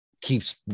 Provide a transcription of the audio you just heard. keeps